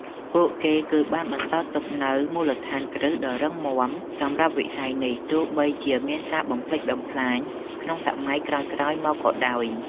ពួកគឹបានបន្សល់ទុកនូវមូលដ្ឋានគ្រឹះដ៏រឹងមាំសម្រាប់វិស័យនេះ ទោះបីជាមានការបំផ្លិចបំផ្លាញក្នុងសម័យកាលក្រោយៗមកក៏ដោយ។